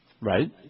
Right